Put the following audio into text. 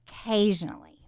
Occasionally